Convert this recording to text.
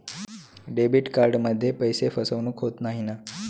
Debit कार्डमध्ये पैसे फसवणूक होत नाही ना?